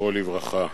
זכרו לברכה.